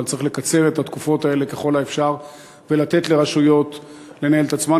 אבל צריך לקצר את התקופות האלה ככל האפשר ולתת לרשויות לנהל את עצמן.